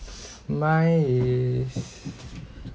mine is